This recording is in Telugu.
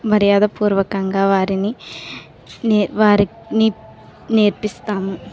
మర్యాదపూర్వకంగా వారిని నే వారి నేర్ నేర్పిస్తాము